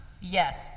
Yes